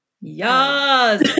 Yes